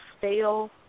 fail